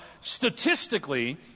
statistically